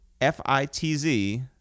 F-I-T-Z